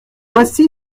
voici